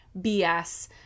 BS